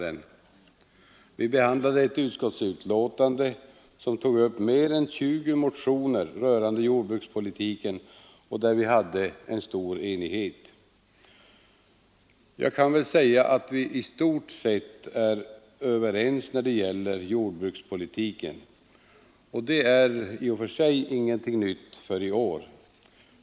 Vi hade ett utskottsbetänkande som behandlade mer än 20 motioner rörande jordbrukspolitiken och om vilket det rådde stor enighet. Jag kan väl säga att vi i stort sett är överens när det gäller jordbrukspolitiken. Det är i och för sig ingenting nytt för i år.